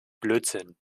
blödsinn